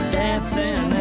dancing